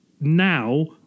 now